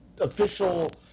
official